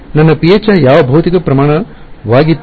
ನನ್ನ phi ಯಾವ ಭೌತಿಕ ಪ್ರಮಾಣವಾಗಿತ್ತು